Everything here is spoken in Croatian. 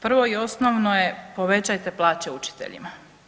Prvo i osnovno je povećajte plaće učiteljima.